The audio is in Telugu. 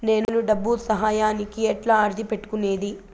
నేను డబ్బు సహాయానికి ఎట్లా అర్జీ పెట్టుకునేది?